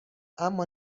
اما